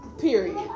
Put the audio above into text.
Period